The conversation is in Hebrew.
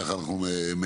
כך אנחנו מקווים.